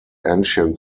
ancient